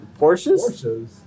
Porsches